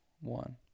one